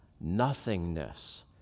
nothingness